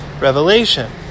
revelation